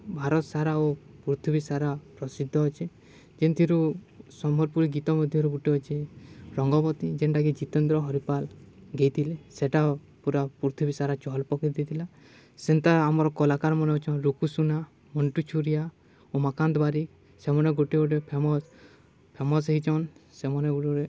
ଭାରତ୍ ସାରା ଓ ପୃଥିବୀ ସାରା ପ୍ରସିଦ୍ଧ ଅଛେ ଯେନ୍ଥିରୁ ସମ୍ବଲ୍ପୁରୀ ଗୀତ୍ ମଧ୍ୟରୁ ଗୁଟେ ଅଛେ ରଙ୍ଗବତୀ ଯେନ୍ଟାକି ଜିତେନ୍ଦ୍ର ହରିପାଲ୍ ଗାଇଥିଲେ ସେଟା ପୁରା ପୃଥିବୀ ସାରା ଚହଲ୍ ପକେଇ ଦେଇଥିଲା ସେନ୍ତା ଆମର୍ କଳାକାର୍ମାନେ ଅଛନ୍ ରୁକୁ ସୁନା ମଣ୍ଟୁ ଛୁରିଆ ଉମାକାନ୍ତ ବାରିକ୍ ସେମାନେ ଗୁଟେ ଗୁଟେ ଫେମସ୍ ଫେମସ୍ ହେଇଚନ୍ ସେମାନେ ଗୁଟେ ଗୁଟେ